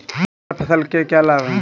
अंतर फसल के क्या लाभ हैं?